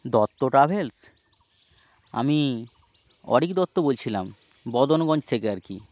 Dutta travels আমি অরিক দত্ত বলছিলাম বদনগঞ্জ থেকে আর কি